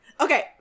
Okay